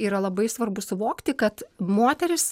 yra labai svarbu suvokti kad moteris